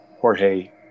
Jorge